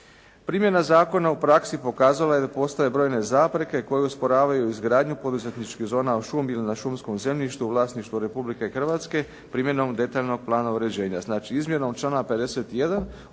Primjena zakona u praksi pokazala je da postoje brojne zapreke koje usporavaju izgradnju poduzetničkih zona u šumi ili na šumskom zemljištu u vlasništvu Republike Hrvatske primjenom detaljnog plana uređenja. Znači, izmjenom člana 51.